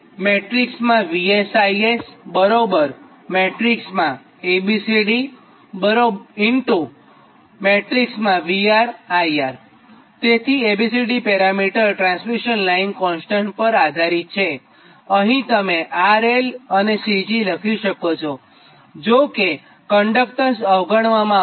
VSISA B C D VRIR તેથી A B C D parameter transmission line constant પર આધારીત છે અહીં તમે R L C અને G લખી શકો છો જો કે કન્ડક્ટન્સ અવગણવામાં આવશે